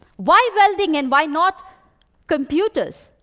why welding and why not computers?